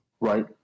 right